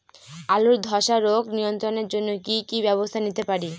আলুর ধ্বসা রোগ নিয়ন্ত্রণের জন্য কি কি ব্যবস্থা নিতে পারি?